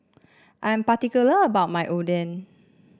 I am particular about my Oden